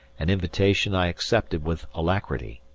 an invitation i accepted with alacrity.